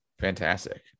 Fantastic